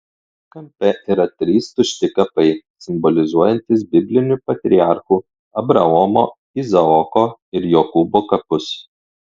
kampe yra trys tušti kapai simbolizuojantys biblinių patriarchų abraomo izaoko ir jokūbo kapus